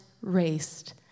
raced